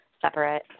separate